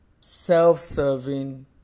self-serving